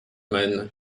man